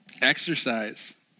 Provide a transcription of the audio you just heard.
Exercise